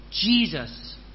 Jesus